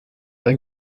ein